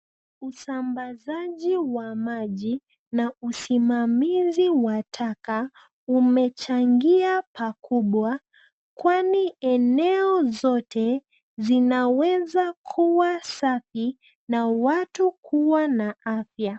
Usambazaji wa maji na usimamizi wa taka umechangia pakubwa kwani eneo zote zinaweza kuwa safi na watu kuwa na afya.